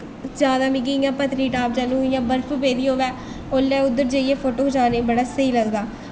जैदा मिगी इ'यां पत्नीटॉप जैह्ल्लूं इ'यां बर्फ पेदी होऐ उसलै उद्धर जाइयै फोटो खचाने गी बड़ा शैल लगदा